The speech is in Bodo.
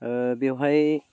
बेवहाय